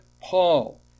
Paul